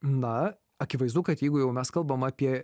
na akivaizdu kad jeigu jau mes kalbam apie